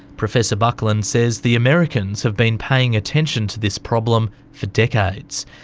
professor buckland says the americans have been paying attention to this problem for decades.